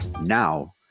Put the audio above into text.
Now